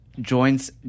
joints